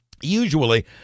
Usually